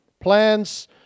Plans